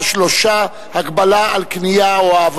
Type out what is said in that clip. חברת הכנסת אורלי לוי מודיעה שהיא תמכה,